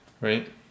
Right